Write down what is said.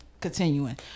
continuing